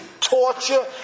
Torture